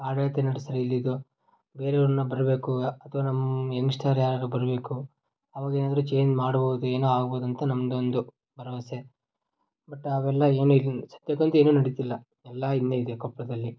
ಆಡಳಿತ ನಡ್ಸೋರು ಇಲ್ಲಿಯದು ಬೇರೆಯವ್ರನ್ನ ಬರಬೇಕು ಅಥವಾ ನಮ್ಮ ಯಂಗ್ಸ್ಟರ್ ಯಾರಾದ್ರು ಬರಬೇಕು ಅವಾಗ ಏನಾದ್ರೂ ಚೇನ್ ಮಾಡ್ಬೋದು ಏನೋ ಆಗ್ಬೋದು ಅಂತ ನಮ್ದು ಒಂದು ಭರವಸೆ ಬಟ್ ಅವೆಲ್ಲ ಏನೂ ಇನ್ನು ಸದ್ಯಕ್ಕಂತೂ ಏನೂ ನಡೀತಿಲ್ಲ ಎಲ್ಲ ಹಿಂದೆ ಇದೆ ಕೊಪ್ಪಳದಲ್ಲಿ